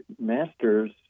masters